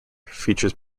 features